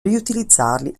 riutilizzarli